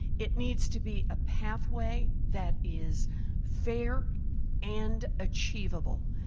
it needs to be a pathway that is fair and achievable.